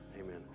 Amen